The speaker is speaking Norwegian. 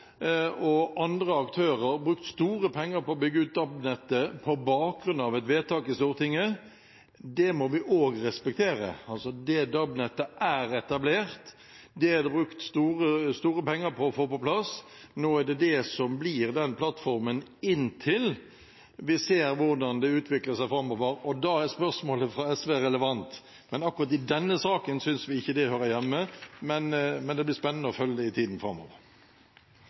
og andre aktører brukt store penger på å bygge ut DAB-nettet på bakgrunn av et vedtak i Stortinget. Det må vi også respektere. DAB-nettet er etablert, det er brukt store penger på å få det på plass, og nå er det det som blir plattformen inntil vi ser hvordan det utvikler seg framover. Da er spørsmålet fra SV relevant. Akkurat i denne saken synes vi ikke det hører hjemme, men det blir spennende å følge det i tiden framover.